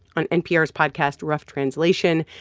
on npr's podcast rough translation,